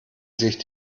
sich